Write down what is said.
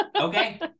okay